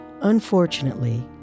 Unfortunately